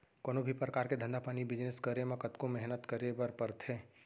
कोनों भी परकार के धंधा पानी बिजनेस करे म कतको मेहनत करे बर परथे